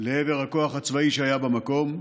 לעבר הכוח הצבאי שהיה במקום.